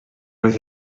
oedd